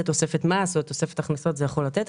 תוספת מס או תוספת הכנסות זה יכול לתת,